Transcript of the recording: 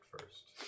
first